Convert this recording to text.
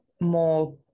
more